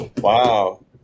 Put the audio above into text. Wow